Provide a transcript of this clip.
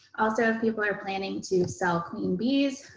also, if people are planning to sell queen bees,